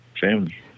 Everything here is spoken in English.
Family